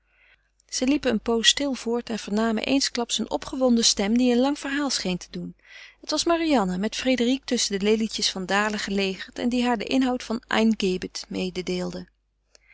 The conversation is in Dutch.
zij liepen een pooze stil voort en vernamen eensklaps een opgewonden stem die een lang verhaal scheen te doen het was marianne met frédérique tusschen de lelietjes van dalen gelegerd en die haar den inhoud van ein